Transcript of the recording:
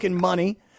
money